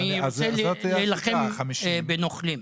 אני רוצה להילחם בנוכלים.